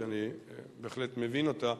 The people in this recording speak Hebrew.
שאני בהחלט מבין אותה,